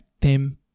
Tim